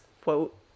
quote